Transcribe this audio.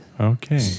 Okay